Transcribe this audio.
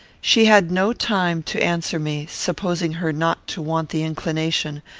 she had no time to answer me, supposing her not to want the inclination,